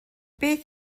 beth